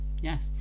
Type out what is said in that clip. yes